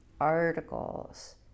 articles